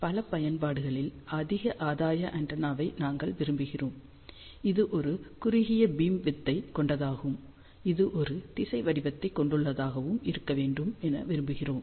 பல பயன்பாடுகளில் அதிக ஆதாய ஆண்டெனாவை நாங்கள் விரும்புகிறோம் இது ஒரு குறுகிய பீம்விட்த்தைக் கொண்டத்தாகவும் இது ஒரு திசை வடிவத்தை கொண்டுள்ளதாகவும் இருக்க வேண்டும் என விரும்புகிறோம்